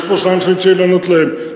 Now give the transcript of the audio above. יש כאן שניים שאני צריך לענות להם,